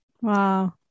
Wow